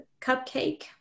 Cupcake